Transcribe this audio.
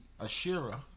Ashira